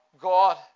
God